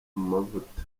mavuta